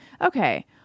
Okay